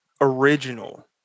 Original